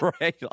right